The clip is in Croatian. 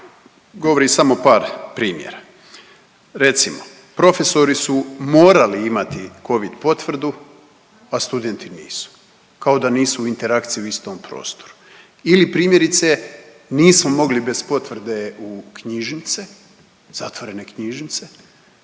govori samo par primjera. Recimo, profesori su morali imati Covid potvrdu, a studenti nisu kao da nisu u interakciji u istom prostoru ili primjerice nismo mogli bez potvrde u knjižnice, zatvorene knjižnice,